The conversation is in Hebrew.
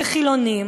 כחילונים,